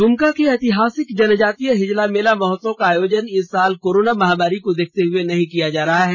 दुमका के ऐतिहासिक जनजातीय हिजला मेला महोत्सव का आयोजन इस साल कोरोना महामारी को देखते हुए नहीं किया जा रहा है